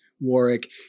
Warwick